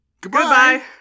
Goodbye